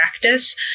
practice